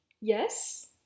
Yes